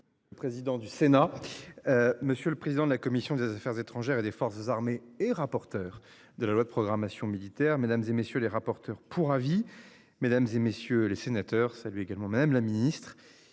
Le président du Sénat. Monsieur le président de la commission des Affaires étrangères et des forces armées et rapporteur de la loi de programmation militaire mesdames et messieurs les rapporteurs pour avis mesdames et messieurs les sénateurs salue également Madame la Ministre